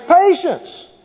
patience